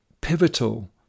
pivotal